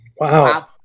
Wow